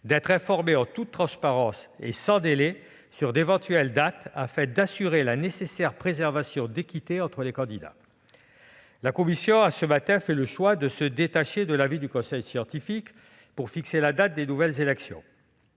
d'être informés, en toute transparence et sans délai, sur d'éventuelles dates afin d'assurer la nécessaire préservation de l'équité entre candidats. La commission a, ce matin, fait le choix de se détacher de l'avis du conseil scientifique pour fixer la date des nouvelles élections.